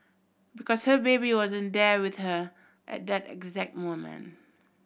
because her baby wasn't there with her at that exact moment